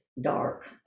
dark